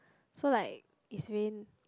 so like it's very